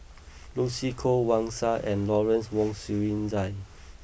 Lucy Koh Wang Sha and Lawrence Wong Shyun Tsai